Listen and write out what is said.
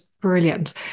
brilliant